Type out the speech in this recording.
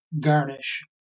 garnish